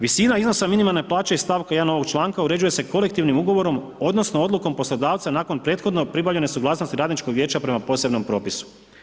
Visina iznosa minimalne plaće iz stavka 1. ovog članka uređuje se kolektivnim ugovorom odnosno odlukom poslodavca nakon prethodno pribavljene suglasnosti radničkog vijeća prema posebnom propisu.